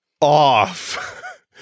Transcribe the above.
off